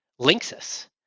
Linksys